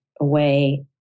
away